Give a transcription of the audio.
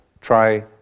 try